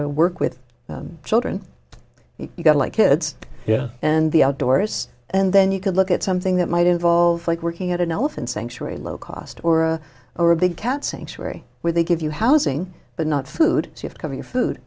to work with children you've got like kids here and the outdoors and then you could look at something that might involve like working at an elephant sanctuary low cost or or a big cat sanctuary where they give you housing but not food to have cover your food